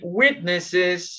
witnesses